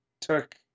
took